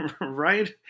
Right